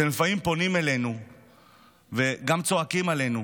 לפעמים אתם פונים אלינו וגם צועקים עלינו,